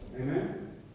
Amen